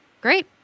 Great